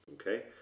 okay